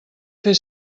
fer